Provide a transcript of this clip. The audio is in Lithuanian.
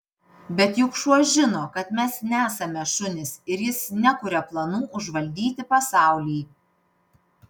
bet juk šuo žino kad mes nesame šunys ir jis nekuria planų užvaldyti pasaulį